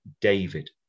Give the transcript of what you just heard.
David